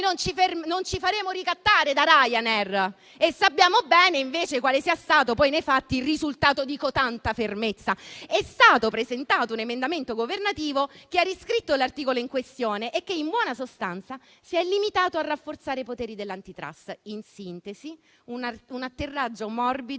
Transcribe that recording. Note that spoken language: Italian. fatti ricattare da Ryanair. Sappiamo bene quale sia stato nei fatti il risultato di cotanta fermezza: è stato presentato un emendamento governativo che ha riscritto l'articolo in questione, che in buona sostanza si è limitato a rafforzare i poteri dell'Antitrust. In sintesi: un atterraggio morbido,